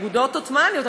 אגודות עות'מאניות,